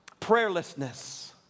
prayerlessness